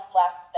less